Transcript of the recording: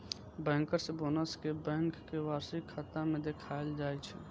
bankers bonus कें bank के वार्षिक खाता मे देखाएल जाइ छै